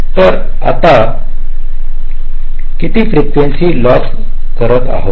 तर आता आपण किती फ्रीकेंसी लॉस करत आहात